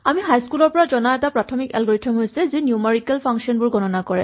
আমি হাইস্কুল ৰ পৰা জনা এটা প্ৰাথমিক এলগৰিথম হৈছে যি নিউমাৰিকেল ফাংচন বোৰ গণনা কৰে